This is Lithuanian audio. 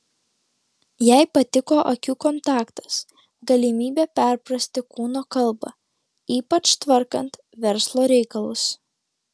jai patiko akių kontaktas galimybė perprasti kūno kalbą ypač tvarkant verslo reikalus